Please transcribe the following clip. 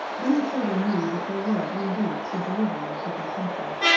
then the children knew that they were indeed the deliverers of their country.